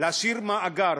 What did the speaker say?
להשאיר מאגר